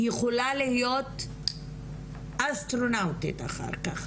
היא יכולה להיות אסטרונאוטית אחר כך,